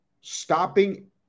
stopping